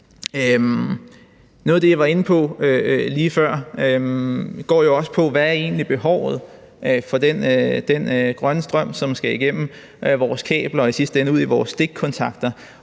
Noget af det, jeg var inde på lige før, går jo også på, hvad behovet egentlig er for den grønne strøm, som skal igennem vores kabler og i sidste ende skal ud i vores stikkontakter,